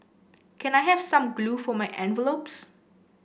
can I have some glue for my envelopes